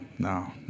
No